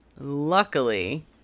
luckily